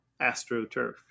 astroturf